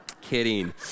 kidding